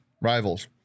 rivals